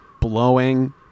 blowing